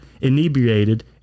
inebriated